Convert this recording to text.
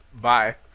Bye